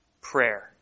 prayer